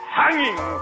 hanging